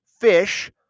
fish